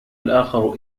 الآخر